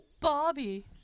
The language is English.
Bobby